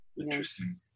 Interesting